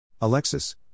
Alexis